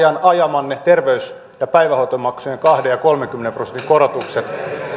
ajamanne terveys ja päivähoitomaksujen kaksikymmentä ja kolmenkymmenen prosentin korotukset